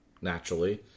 naturally